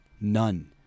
None